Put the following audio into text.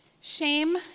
Shame